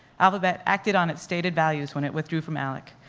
alphabet acted on its stated values when it withdrew from alec,